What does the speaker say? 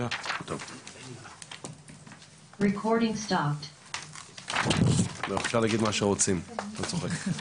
הישיבה ננעלה בשעה 10:39.